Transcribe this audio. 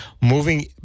moving